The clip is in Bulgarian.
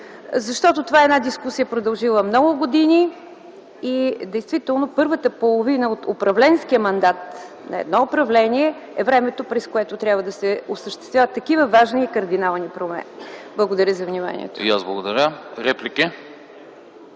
орган. Това е една дискусия, продължила много години. Действително първата половина от управленския мандат на едно управление е времето, през което трябва да се осъществяват такива важни и кардинални проблеми. Благодаря за вниманието.